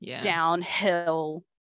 downhill